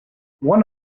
one